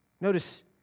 Notice